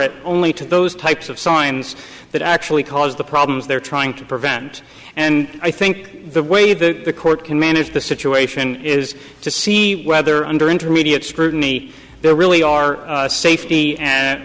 it only to those types of signs that actually cause the problems they're trying to prevent and i think the way that the court can manage the situation is to see whether under intermediate scrutiny there really are safety and